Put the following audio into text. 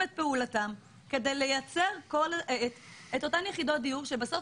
את פעולתם כדי לייצר את אותן יחידות דיור שבסוף